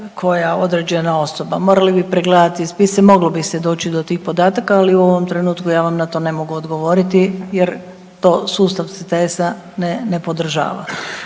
koja određena osoba, morali bi pregledati spise, moglo bi se doći do tih podataka ali u ovom trenutku ja vam na to ne mogu odgovoriti jer to sustav CTS-a ne podržava.